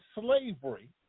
slavery